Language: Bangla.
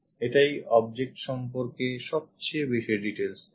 এটাই object সম্পর্কে সবচেয়ে বেশি details দেয়